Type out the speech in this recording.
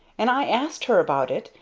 and i asked her about it,